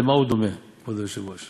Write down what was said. למה הוא דומה", כבוד היושב-ראש?